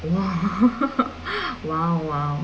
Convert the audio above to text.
!wow! !wow! !wow!